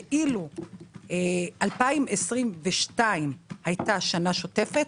שאילו 2022 היתה שנה שוטפת,